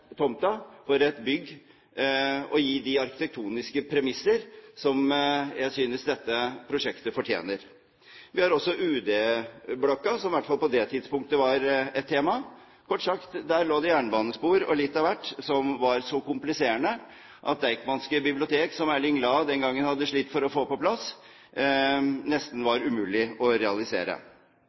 for et bygg, og gi de arkitektoniske premisser som jeg synes dette prosjektet fortjener. Vi har også UD-blokken, som i hvert fall på det tidspunktet var et tema. Kort sagt, der lå det jernbanespor og litt av hvert som var så kompliserende at Deichmanske bibliotek, som Erling Lae den gangen hadde slitt for å få på plass, nesten var umulig å realisere.